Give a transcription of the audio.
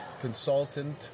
consultant